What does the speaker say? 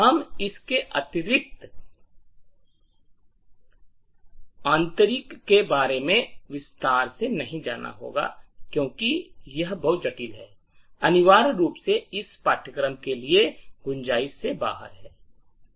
हम इस के आंतरिक के बारे में विस्तार में नहीं जाना होगा क्योंकि यह बहुत जटिल है और अनिवार्य रूप से इस पाठ्यक्रम के लिए गुंजाइश से बाहर है